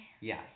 Yes